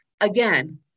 again